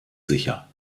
sicher